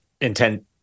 intent